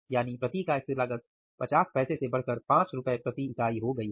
यानी प्रति इकाई स्थिर लागत 50 पैसे से बढ़कर ₹5 प्रति इकाई हो गई है